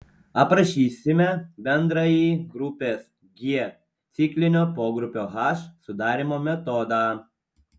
aprašysime bendrąjį grupės g ciklinio pogrupio h sudarymo metodą